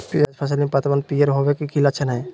प्याज फसल में पतबन पियर होवे के की लक्षण हय?